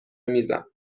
میزم